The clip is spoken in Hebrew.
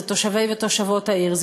זה תושבי ותושבות העיר,